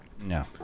no